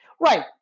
Right